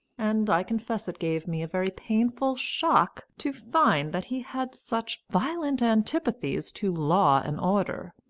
and i confess it gave me a very painful shock to find that he had such violent antipathies to law and order.